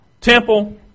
temple